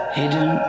hidden